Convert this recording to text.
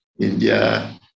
India